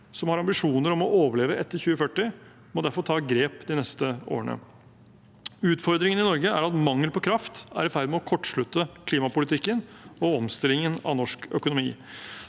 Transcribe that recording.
som har ambisjoner om å overleve etter 2040, må derfor ta grep de neste årene. Utfordringen i Norge er at mangel på kraft er i ferd med å kortslutte klimapolitikken og omstillingen av norsk økonomi.